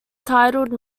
titled